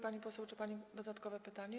Pani poseł, czy pani ma dodatkowe pytanie?